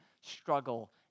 struggle